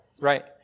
Right